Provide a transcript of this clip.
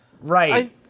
Right